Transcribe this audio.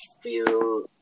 feel